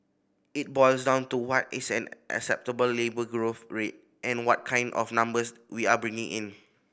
it boils down to what is an acceptable labour growth rate and what kind of numbers we are bringing in